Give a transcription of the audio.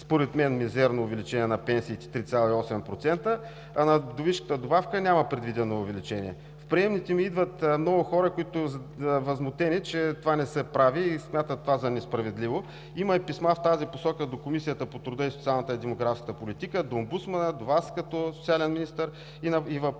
според мен мизерно увеличение на пенсиите – 3,8%, а на вдовишката добавка няма предвидено увеличение. В приемните ми идват много хора, възмутени, че това не се прави и смятат това за несправедливо. Има и писма в тази посока до Комисията по труда, социалната и демографската политика, до омбудсмана, до Вас като социален министър. Въпросът,